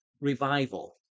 revival